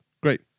Great